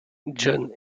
john